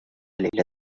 ليلة